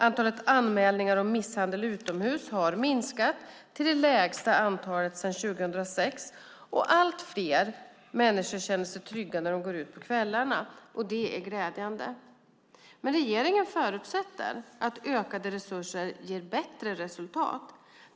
Antalet anmälningar om misshandel utomhus har minskat till det lägsta antalet sedan 2006 och allt fler människor känner sig trygga när de går ut på kvällarna. Det är glädjande. Regeringen förutsätter att ökade resurser ger bättre resultat.